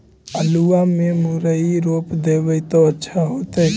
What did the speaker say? आलुआ में मुरई रोप देबई त अच्छा होतई?